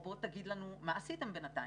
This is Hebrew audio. או בוא תגיד לנו מה עשיתם בינתיים.